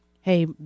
hey